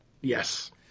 yes